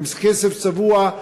עם כסף צבוע,